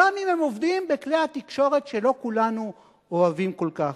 גם אם הם עובדים בכלי התקשורת שלא כולנו אוהבים כל כך.